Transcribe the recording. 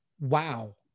wow